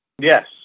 Yes